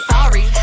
Sorry